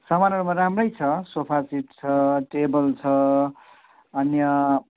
सामानहरूमा राम्रै छ सोफा सेट छ टेबल छ अन्य